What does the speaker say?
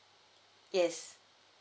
yes